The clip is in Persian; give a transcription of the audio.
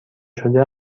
شده